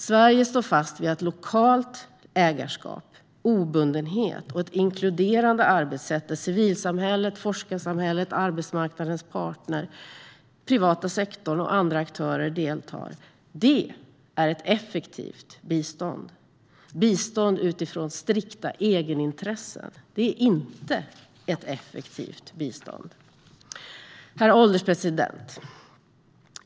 Sverige står fast vid att lokalt ägarskap, obundenhet och ett inkluderande arbetssätt där civilsamhället, forskarsamhället, arbetsmarknadens parter, den privata sektorn och andra aktörer deltar är ett effektivt bistånd. Bistånd utifrån strikta egenintressen är inte ett effektivt bistånd. Herr ålderspresident!